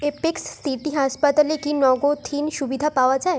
apex City হাসপাতালে কি নগদহীন সুবিধা পাওয়া যায়